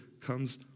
comes